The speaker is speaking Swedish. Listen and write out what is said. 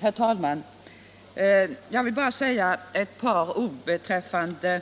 Herr talman! Jag vill bara säga ett par ord beträffande